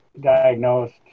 diagnosed